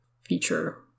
feature